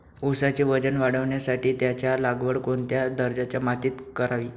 ऊसाचे वजन वाढवण्यासाठी त्याची लागवड कोणत्या दर्जाच्या मातीत करावी?